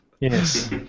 Yes